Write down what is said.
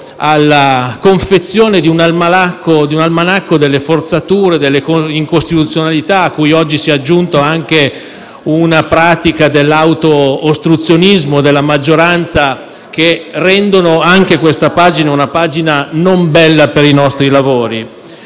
alla confezione di un almanacco di forzature e incostituzionalità - alle quali oggi si è aggiunta anche la pratica dell'auto-ostruzionismo della maggioranza - che rendono anche questa una pagina non bella per i nostri lavori.